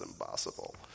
impossible